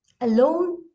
Alone